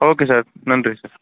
okay sir நன்றி sir